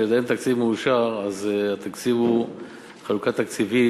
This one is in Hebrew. כשאין תקציב מאושר אז התקציב הוא חלוקה תקציבית